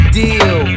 deal